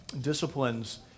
disciplines